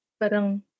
parang